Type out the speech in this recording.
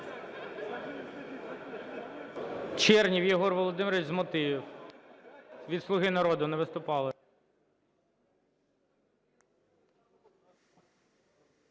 Чернєв Єгор Володимирович, з мотивів від "Слуги народу", не виступали.